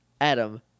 Adam